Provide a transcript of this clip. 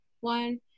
one